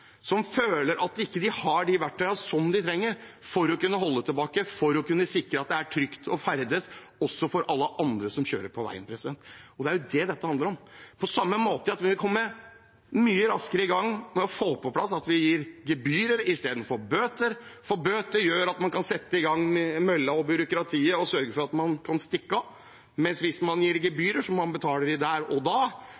som føler at de ikke har de verktøyene som de trenger for å kunne holde tilbake – for å kunne sikre at det er trygt å ferdes også for alle andre som kjører på veien. Det er det dette handler om. På samme måte som at vi må komme mye raskere i gang med å få på plass at vi gir gebyrer istedenfor bøter, fordi bøter gjør at man kan sette i gang mølla og byråkratiet og sørge for at man kan stikke av. Hvis man gir